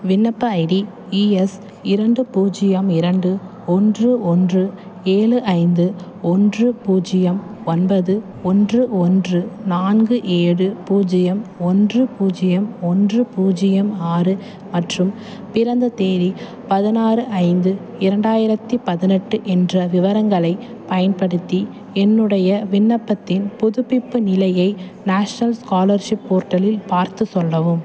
விண்ணப்ப ID ES இரண்டு பூஜ்யம் இரண்டு ஒன்று ஒன்று ஏழு ஐந்து ஒன்று பூஜ்யம் ஒன்பது ஒன்று ஒன்று நான்கு ஏழு பூஜ்யம் ஒன்று பூஜ்யம் ஒன்று பூஜ்யம் ஆறு மற்றும் பிறந்த தேதி பதினாறு ஐந்து இரண்டாயிரத்தி பதினெட்டு என்ற விவரங்களைப் பயன்படுத்தி என்னுடைய விண்ணப்பத்தின் புதுப்பிப்பு நிலையை நேஷ்னல் ஸ்காலர்ஷிப் போர்ட்டலில் பார்த்துச் சொல்லவும்